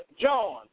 John